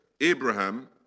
Abraham